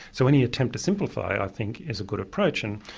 so any attempt to simplify, i think, is a good approach, and,